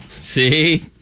see